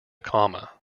comma